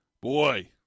boy